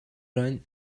run